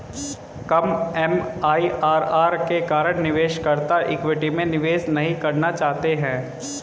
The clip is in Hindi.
कम एम.आई.आर.आर के कारण निवेशकर्ता इक्विटी में निवेश नहीं करना चाहते हैं